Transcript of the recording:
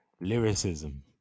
Lyricism